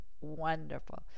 wonderful